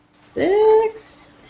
six